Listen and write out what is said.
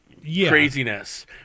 craziness